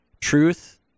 truth